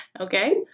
Okay